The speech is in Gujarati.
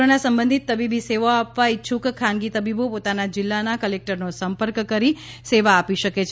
કોરોના સંબંધિત તબીબી સેવાઓ આપવા ઈચ્છ્ક ખાનગી તબીબો પોતાના જિલ્લાના કલેક્ટરનો સંપર્ક કરી સેવા આપી શકે છે